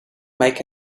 make